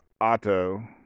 Otto